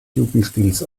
jugendstils